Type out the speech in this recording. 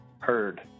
heard